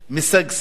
משגשג,